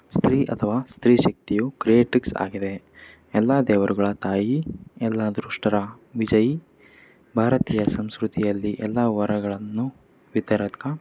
ಸ್ತ್ರೀ ಅಥವಾ ಸ್ತ್ರೀ ಶಕ್ತಿಯು ಕ್ರಿಯೇಟಿಕ್ಸ್ ಆಗಿದೆ ಎಲ್ಲ ದೇವರುಗಳ ತಾಯಿ ಎಲ್ಲ ದುಷ್ಟರ ವಿಜಯಿ ಭಾರತೀಯ ಸಂಸ್ಕೃತಿಯಲ್ಲಿ ಎಲ್ಲ ವರಗಳನ್ನು ವಿತರಕ